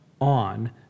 on